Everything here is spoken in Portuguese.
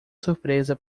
surpresa